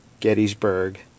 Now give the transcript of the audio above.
Gettysburg